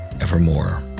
evermore